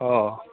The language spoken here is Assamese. অঁ